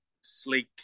sleek